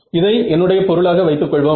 இதை என்னுடைய பொருளாக வைத்து கொள்வோம்